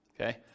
okay